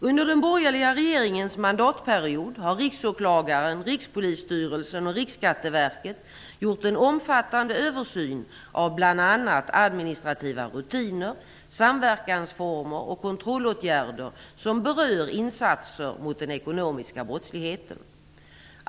Under den borgerliga regeringens mandatperiod har Riksåklagaren, Rikspolisstyrelsen och Riksskatteverket gjort en omfattande översyn av bl.a. administrativa rutiner, samverkansformer och kontrollåtgärder som berör insatser mot den ekonomiska brottsligheten.